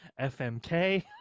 FMK